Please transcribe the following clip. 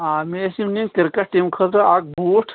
آ مےٚ ٲسۍ یِم نِنۍ کِرکَٹ ٹیٖم خٲطرٕ اکھ بوٗٹ